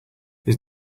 his